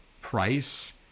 price